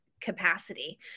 capacity